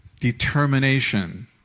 determination